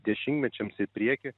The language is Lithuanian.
dešimtmečiams į priekį